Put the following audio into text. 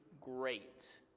great